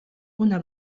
una